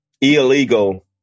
illegal